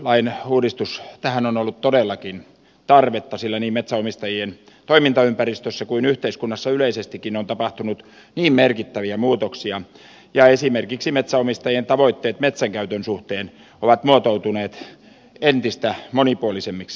tähän metsänhoitoyhdistyslain uudistukseen on ollut todellakin tarvetta sillä niin metsänomistajien toimintaympäristössä kuin yhteiskunnassa yleisestikin on tapahtunut niin merkittäviä muutoksia ja esimerkiksi metsänomistajien tavoitteet metsänkäytön suhteen ovat muotoutuneet entistä monipuolisemmiksi